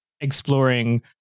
exploring